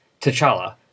T'Challa